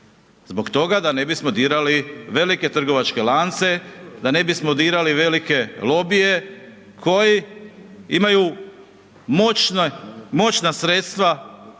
Zbog toga da ne bismo dirali velike trgovačke lance, da ne bismo dirali velike lobije koji imaju moćna sredstva